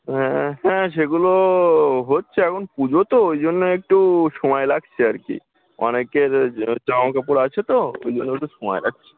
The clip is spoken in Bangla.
হ্যাঁ হ্যাঁ সেগুলো হচ্ছে এখন পুজো তো ওই জন্যে একটু সময় লাগছে আর কি অনেকের জামা কাপড় আছে তো ওই জন্য একটু সময় লাগছে